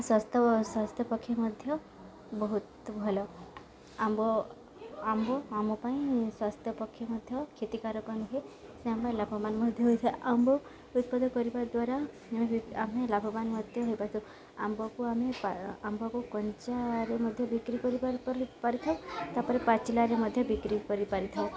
ସ୍ୱାସ୍ଥ୍ୟ ସ୍ୱାସ୍ଥ୍ୟ ପକ୍ଷେ ମଧ୍ୟ ବହୁତ ଭଲ ଆମ୍ବ ଆମ୍ବ ଆମ ପାଇଁ ସ୍ୱାସ୍ଥ୍ୟ ପକ୍ଷେ ମଧ୍ୟ କ୍ଷତିକାରକ ନୁହେଁ ସେ ଆମ ଲାଭବାନ ମଧ୍ୟ ହୋଇଥାଏ ଆମ୍ବ ଉତ୍ପାଦ କରିବା ଦ୍ୱାରା ଆମେ ଆମେ ଲାଭବାନ ମଧ୍ୟ ହେଇପାରିଥାଉ ଆମ୍ବକୁ ଆମେ ଆମ୍ବକୁ କଞ୍ଚାରେ ମଧ୍ୟ ବିକ୍ରି କରିପାରିଥାଉ ତା'ପରେ ପାଚିଲାରେ ମଧ୍ୟ ବିକ୍ରି କରିପାରିଥାଉ